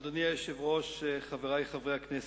אדוני היושב-ראש, חברי חברי הכנסת,